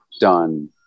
done